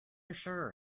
sure